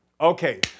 Okay